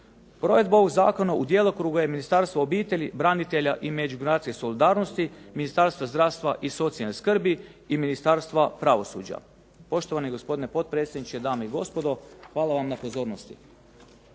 Provedba ovog zakona u djelokrugu je Ministarstva obitelji, branitelja i međugeneracijske solidarnosti, Ministarstva zdravstva i socijalne skrbi i Ministarstva pravosuđa. Poštovani gospodine potpredsjedniče, dame i gospodo hvala vam na pozornosti.